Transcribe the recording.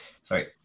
sorry